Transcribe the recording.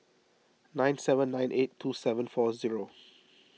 nine seven nine eight two seven four zero